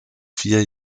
vier